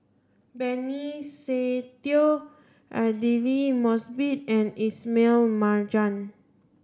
Benny Se Teo Aidli Mosbit and Ismail Marjan